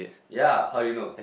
yea how did you know